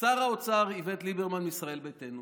שר האוצר איווט ליברמן מישראל ביתנו,